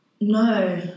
No